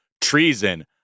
treason